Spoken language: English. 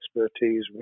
expertise